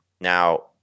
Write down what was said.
Now